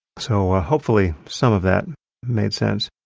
so ah hopefully some of that made sense.